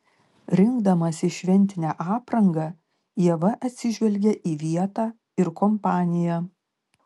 rinkdamasi šventinę aprangą ieva atsižvelgia į vietą ir kompaniją